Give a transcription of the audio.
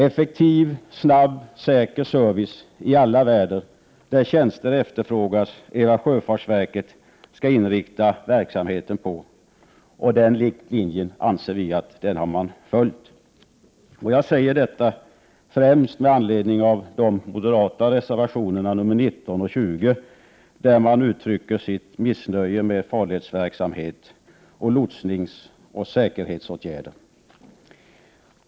Effektiv, snabb, säker service i alla väder där tjänster efterfrågas är vad sjöfartsverket skall inrikta verksamheten på, och den linjen anser vi att verket har följt. Jag säger detta främst med anledning av de moderata reservationerna 19 och 20, där det uttrycks missnöje med farledsverksamhet, lotsning och säkerhetsåtgärder.